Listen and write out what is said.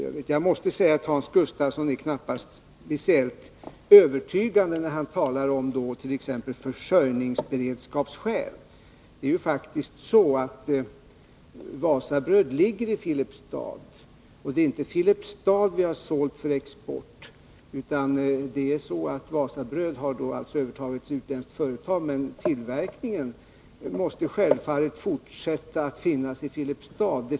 bröd Hans Gustafsson är inte speciellt övertygande när han t.ex. talar om försörjningsberedskapsskäl. Wasabröd ligger faktiskt i Filipstad, och det är inte Filipstad som vi har sålt för export. Wasabröd har alltså övertagits av ett utländskt företag, men tillverkningen måste självfallet fortsätta i Filipstad.